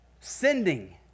Sending